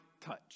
touch